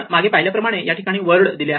मागे पाहिल्याप्रमाणे या ठिकाणी वर्ड दिले आहेत